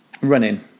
running